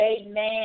Amen